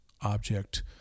object